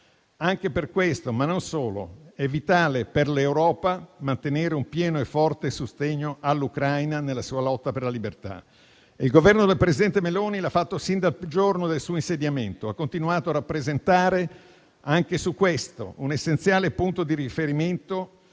Anche per questo, ma non solo, è vitale per l'Europa mantenere un pieno e forte sostegno all'Ucraina nella sua lotta per la libertà. Il Governo del presidente Meloni l'ha fatto sin dal giorno del suo insediamento e ha continuato a rappresentare, anche su questo, un essenziale punto di riferimento